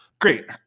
Great